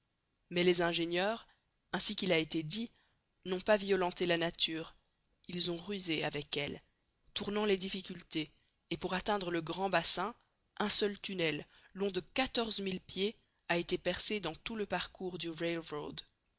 mais les ingénieurs ainsi qu'il a été dit n'ont pas violenté la nature ils ont rusé avec elle tournant les difficultés et pour atteindre le grand bassin un seul tunnel long de quatorze mille pieds a été percé dans tout le parcours du